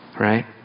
right